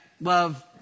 love